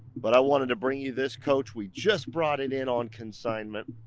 but i wanted to bring you this coach, we just brought it in on consignment,